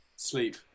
Sleep